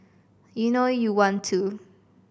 you know you want to